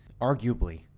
arguably